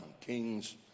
king's